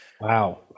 Wow